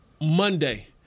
Monday